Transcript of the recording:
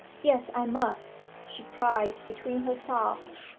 yes i must she cried, between her sobs.